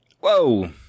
Whoa